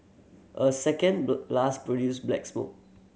a second blast produced black smoke